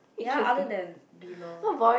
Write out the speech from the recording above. ya other than you know